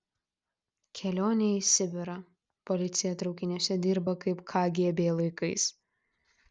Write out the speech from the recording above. kelionė į sibirą policija traukiniuose dirba kaip kgb laikais